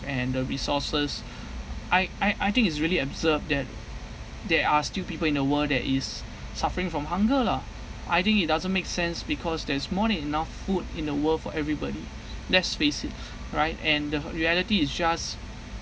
and the resources I I I think it's really absurd that there are still people in a world that is suffering from hunger lah I think it doesn't make sense because there's more than enough food in the world for everybody let's face it right and the reality is just